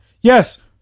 Yes